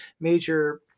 major